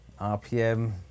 RPM